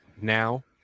now